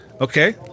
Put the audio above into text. Okay